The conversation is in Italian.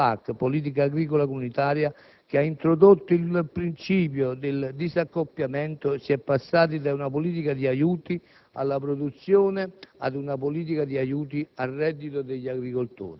Purtroppo nel 2003, a seguito dell'ultima riforma della PAC, la politica agricola comunitaria, che ha introdotto il principio del disaccoppiamento, si è passati da una politica di aiuti